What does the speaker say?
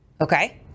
Okay